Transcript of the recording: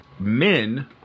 Men